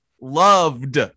loved